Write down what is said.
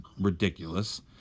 ridiculous